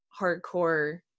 hardcore